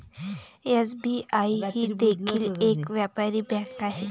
SBI ही देखील एक व्यापारी बँक आहे